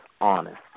honest